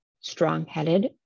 strong-headed